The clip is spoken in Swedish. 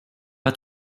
att